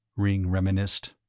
ringg reminisced.